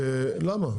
למה?